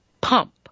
pump